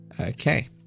Okay